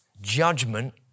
judgment